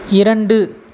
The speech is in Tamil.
இரண்டு